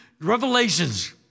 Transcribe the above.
Revelations